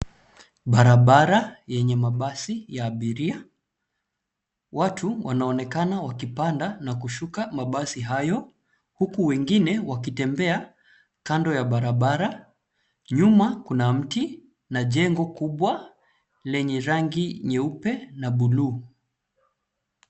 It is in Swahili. Barabara yenye mabasi ya abiria. Watu wanaonekana wakipanda na kushuka mabasi hayo, huku wengine wakitembea kando ya barabara. Nyuma kuna mti na jengo kubwa lenye rangi nyeupe na buluu.